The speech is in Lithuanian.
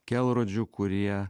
kelrodžių kurie